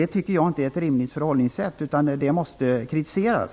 Detta är inte ett rimligt förhållningssätt. Det måste kritiseras.